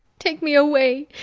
take me away!